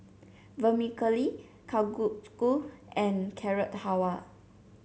Vermicelli Kalguksu and Carrot Halwa